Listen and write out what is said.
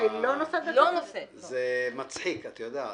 זה מצחיק, את יודעת.